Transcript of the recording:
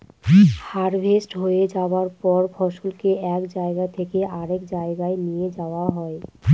harvest হয়ে যায়ার পর ফসলকে এক জায়গা থেকে আরেক জাগায় নিয়ে যাওয়া হয়